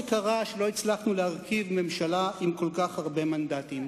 קרה שלא הצלחנו להרכיב ממשלה עם כל כך הרבה מנדטים.